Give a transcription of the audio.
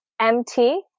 MT